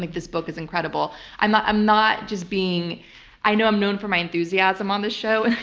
like this book is incredible. i'm not i'm not just being i know i'm known for my enthusiasm on this show,